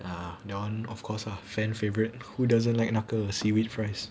ah that one of course ah fan favourite who doesn't like 那个 seaweed fries